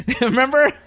Remember